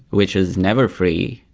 which is never free.